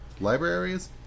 Libraries